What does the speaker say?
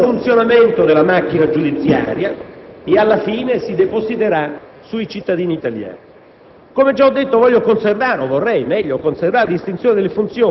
Tale terremoto ricadrà sul funzionamento della macchina giudiziaria e alla fine si depositerà sui cittadini italiani.